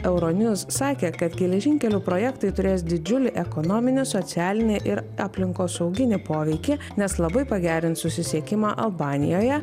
euro news sakė kad geležinkelių projektai turės didžiulį ekonominį socialinį ir aplinkosauginį poveikį nes labai pagerins susisiekimą albanijoje